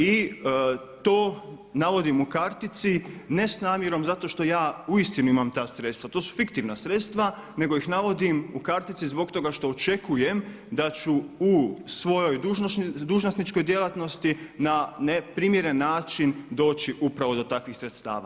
I to navodim u kartici ne s namjerom zato što ja uistinu imam ta sredstva, to su fiktivna sredstva nego ih navodim u kartici zbog toga što očekujem da ću u svojoj dužnosničkoj djelatnosti na neprimjeren način doći upravo do takvih sredstava.